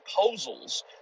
proposals